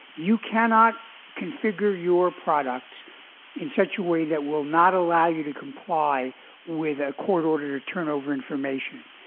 you cannot configure your products in such a way that will not allow you to comply with a court order to turn over information.